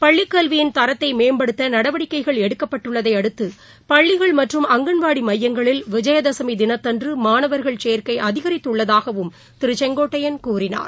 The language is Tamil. பள்ளிக் கல்வியின் தரத்தைமேம்படுத்தநடவடிக்கைகள் எடுக்கப்பட்டுள்ளதையடுத்துபள்ளிகள் மற்றும் அங்கன்வாடிமையங்களில் விஜயதசமிதினத்தன்றுமாணவர்கள் சேர்க்கைஅதிகரித்துள்ளதுள்ளதாகவும் திருசெங்கோட்டையன் கூறினார்